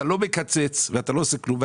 אתה לא מקצץ, אתה לא עושה כלום.